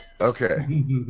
Okay